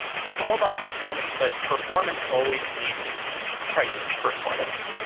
so it's all about performance, but performance always means price performance,